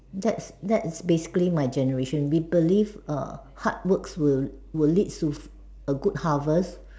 that's that's basically my generation we believe err hard works will will leads to a good harvest